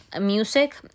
music